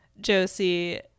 Josie